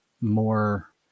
more